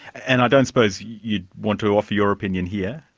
and don't suppose you want to offer your opinion here?